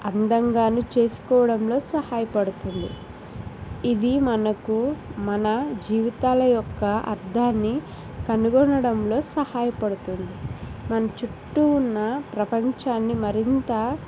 అందంగాను చేసుకోవడంలో సహాయపడుతుంది ఇది మనకు మన జీవితాల యొక్క అర్ధాన్ని కనుగొనడంలో సహాయపడుతుంది మన చుట్టూ ఉన్న ప్రపంచాన్ని మరింత